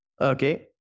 okay